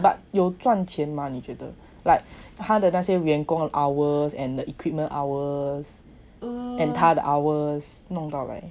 oh but 有赚钱 mah 你觉得 like 他的那些员工 hours and the equipment hours and 他的 hour